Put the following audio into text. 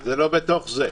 זה לא בתוך זה.